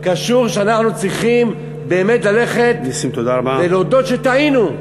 אנחנו צריכים להודות שטעינו.